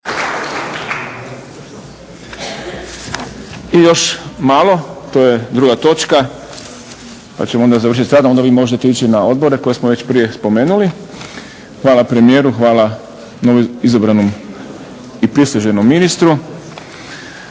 I još malo. To je druga točka, pa ćemo onda završiti s radom. Onda vi možete ići na odbore koje smo već prije spomenuli. Hvala premijeru, hvala novoizabranom i priseženom ministru.